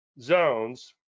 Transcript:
zones